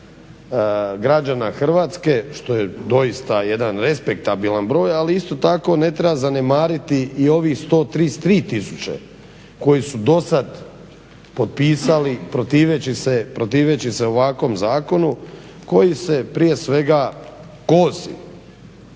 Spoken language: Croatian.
Hrvatske što je doista jedan respektabilan broj ali isto tako ne treba zanemariti i ovih 133 tisuće koji su do sada potpisali protiveći se ovakvom zakonu koji se prije svega kosi